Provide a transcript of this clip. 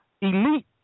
elite